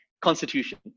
constitution